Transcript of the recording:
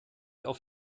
auf